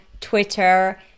Twitter